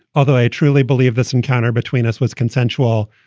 although i truly believe this encounter between us was consensual.